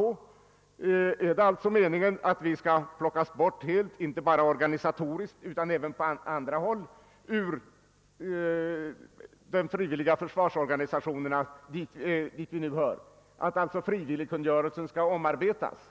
Är det alltså meningen att vi helt skall plockas bort inte bara organisatoriskt utan även på andra sätt ur de frivilliga försvarsorganisationerna, dit vi nu hör, och att således frivilligkungörelsen skall omarbetas?